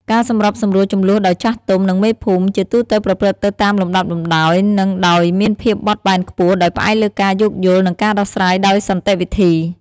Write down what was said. ការសម្របសម្រួលជម្លោះដោយចាស់ទុំ និងមេភូមិ ជាទូទៅប្រព្រឹត្តទៅតាមលំដាប់លំដោយ និងដោយមានភាពបត់បែនខ្ពស់ ដោយផ្អែកលើការយោគយល់ និងការដោះស្រាយដោយសន្តិវិធី។